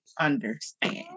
understand